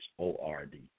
O-R-D